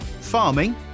farming